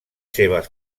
seves